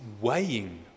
weighing